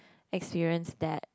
experience that